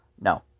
No